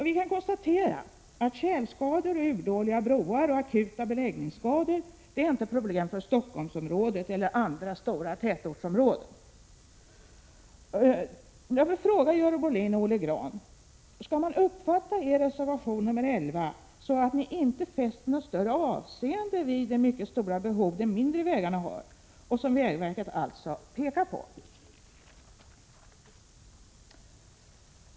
Vi kan konstatera att tjälskador, urdåliga broar och akuta beläggningsskador inte är problem för Stockholmsområdet eller andra stora tätortsområden. Jag vill fråga Görel Bohlin och Olle Grahn: Skall man uppfatta er reservation nr 11 som att ni inte fäster något större avseende vid det mycket stora behov som de mindre vägarna har och som vägverket alltså pekar på?